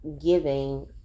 giving